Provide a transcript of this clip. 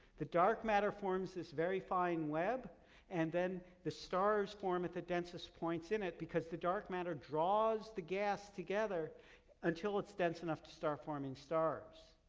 the dark matter forms this very fine web and then the stars form at the densest points in it because the dark matter draws the gas together until it's dense enough to start forming stars.